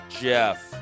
Jeff